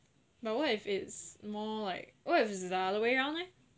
but what if it's more like what if it's the other way round leh